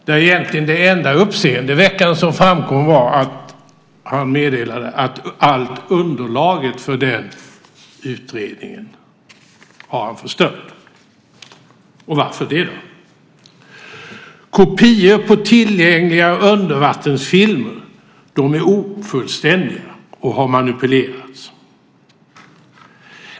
Där var egentligen det enda uppseendeväckande som framkom att han meddelade att allt underlag för utredningen var förstört. Varför det? Kopior på tillgängliga undervattensfilmer är ofullständiga och har manipulerats.